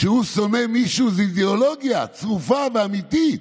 כשהוא שונא מישהו, זו אידיאולוגיה צרופה ואמיתית.